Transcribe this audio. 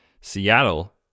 Seattle